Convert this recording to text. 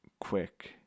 quick